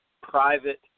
private